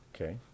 Okay